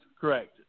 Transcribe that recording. Correct